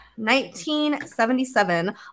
1977